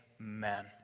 Amen